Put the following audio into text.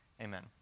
Amen